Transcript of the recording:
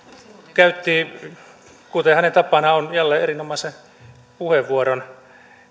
käytti kuten hänen tapanaan on jälleen erinomaisen puheenvuoron